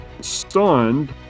stunned